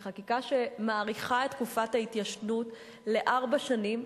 היא חקיקה שמאריכה את תקופת ההתיישנות לארבע שנים.